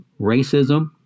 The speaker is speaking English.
racism